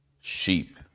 sheep